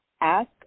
Ask